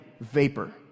vapor